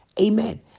Amen